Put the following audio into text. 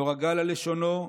לא רגל על לשנו,